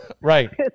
Right